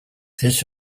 this